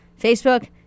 Facebook